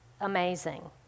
amazing